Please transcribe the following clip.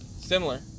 Similar